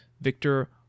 Victor